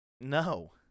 No